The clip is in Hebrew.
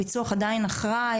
הפיצו"ח עדיין אחראי?